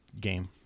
game